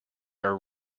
are